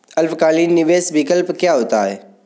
अल्पकालिक निवेश विकल्प क्या होता है?